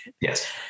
Yes